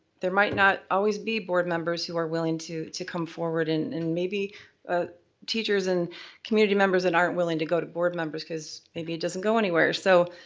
there might not always be board members who are willing to to come forward and and maybe ah teachers and community members that and aren't willing to go to board members, because maybe it doesn't go anywhere. so,